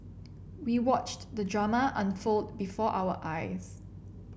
we watched the drama unfold before our eyes